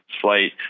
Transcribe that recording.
flight